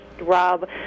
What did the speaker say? Rob